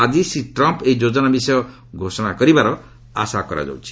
ଆଜି ଶ୍ରୀ ଟ୍ରମ୍ପ୍ ଏହି ଯୋଜନା ବିଷୟରେ ଘୋଷଣା କରିବାର ଆଶା କରାଯାଉଛି